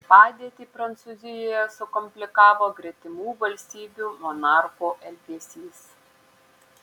padėtį prancūzijoje sukomplikavo gretimų valstybių monarchų elgesys